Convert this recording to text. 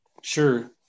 Sure